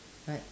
right